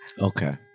Okay